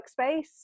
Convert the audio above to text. workspace